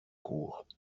cours